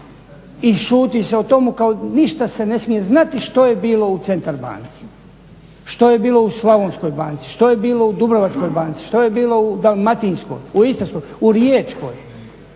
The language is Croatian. i šuti se o tome, kao ništa se ne smije znati što je bilo u Centar banci. Što je bilo u Slavonskoj banci, što je bilo u Dubrovačkoj banci, što je bilo u Dalmatinskoj, u Istarskoj, u Riječkoj,